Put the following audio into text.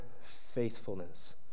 faithfulness